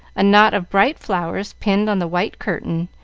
a knot of bright flowers pinned on the white curtain,